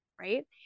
right